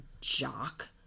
jock